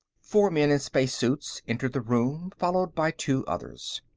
four men in spacesuits entered the room, followed by two others.